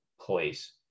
place